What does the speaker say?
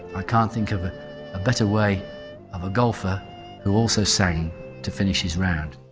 i can't think of ah a better way of a golfer who also sang to finish his round.